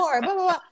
more